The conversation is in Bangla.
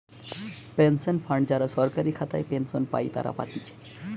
পেনশন ফান্ড যারা সরকারি খাতায় পেনশন পাই তারা পাতিছে